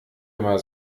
immer